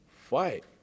Fight